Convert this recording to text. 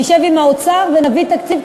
נשב עם האוצר ונביא תקציב,